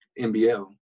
NBL